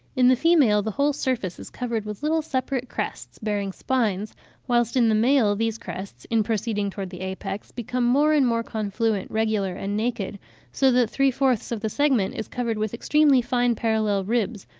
in the female the whole surface is covered with little separate crests, bearing spines whilst in the male these crests in proceeding towards the apex, become more and more confluent, regular, and naked so that three-fourths of the segment is covered with extremely fine parallel ribs,